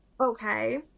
Okay